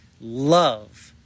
love